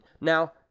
Now